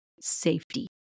safety